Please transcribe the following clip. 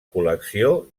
col·lecció